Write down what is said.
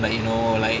like you know like